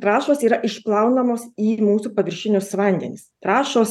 trąšos yra išplaunamos į mūsų paviršinius vandenis trąšos